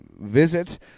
visit